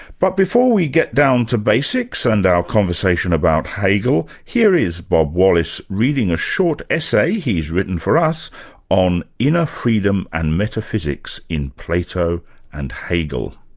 but before we get down to basics, and our conversation about hegel, here is bob wallace reading a short essay he's written for us on inner freedom and metaphysics in plato and hegel.